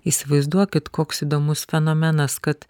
įsivaizduokit koks įdomus fenomenas kad